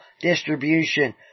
distribution